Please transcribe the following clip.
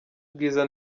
bwiza